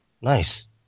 Nice